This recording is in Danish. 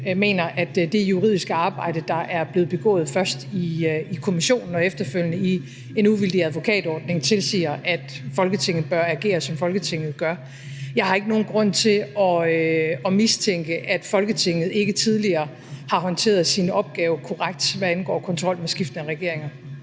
mener, at det juridiske arbejde, der er blevet begået, først i kommissionen og efterfølgende i en uvildig advokatordning, tilsiger, at Folketinget bør agere, som Folketinget gør. Men jeg har ikke nogen grund til at mistænke, at Folketinget ikke tidligere har håndteret sin opgave korrekt, hvad angår kontrol med skiftende regeringer.